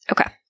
Okay